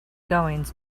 goings